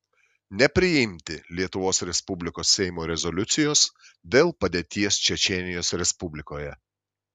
nepriimti lietuvos respublikos seimo rezoliucijos dėl padėties čečėnijos respublikoje